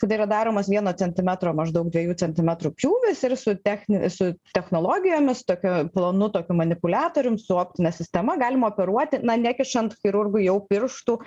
kada yra daromas vieno centimetro maždaug dviejų centimetrų pjūvis ir su techni su technologijomis tokia planu tokiu manipuliatorium su optine sistema galima operuoti na nekišant chirurgui jau pirštų